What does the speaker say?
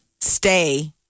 stay